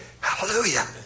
Hallelujah